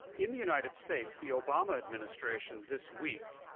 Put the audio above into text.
in the united states, the obama administration, this week,